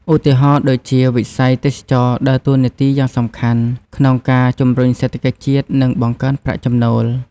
ឧទាហរណ៍ដូចជា វិស័យទេសចរណ៍ដើរតួនាទីយ៉ាងសំខាន់ក្នុងការជំរុញសេដ្ឋកិច្ចជាតិ និងបង្កើនប្រាក់ចំណូល។